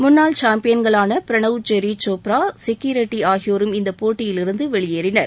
முன்னாள் சாம்பியன்களான பிரனவ் ஜெர்ரி சோப்ரா மற்றும் சிக்கி ரெட்டி ஆகியோரும் இந்தப் போட்டியிலிருந்து வெளியேறினர்